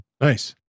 Nice